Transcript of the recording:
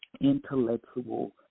intellectual